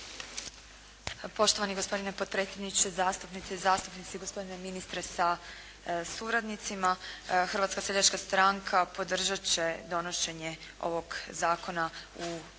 Poštovani gospodine potpredsjedniče, zastupnice i zastupnici, gospodine ministre sa suradnicima. Hrvatska seljačka stranka podržat će donošenje ovog zakona u prvom